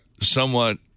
somewhat